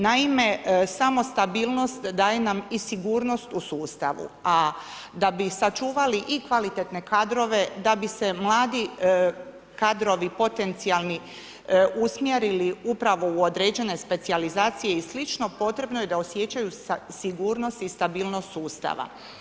Naime, samo stabilnost daje nam i sigurnost a da bi sačuvali i kvalitetne kadrove, da bi se mladi kadrovi potencijalni usmjerili upravo u određene specijalizacije i sl., potrebno je da osjećaju sigurnost i stabilnost sustava.